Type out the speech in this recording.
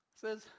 says